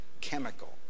chemical